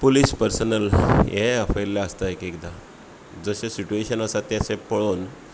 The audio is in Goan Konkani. पुलीस पर्सनल हे आफयल्ले आसता एक एकदां जशे सिटुएशन आसता ते पोळोन